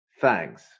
Thanks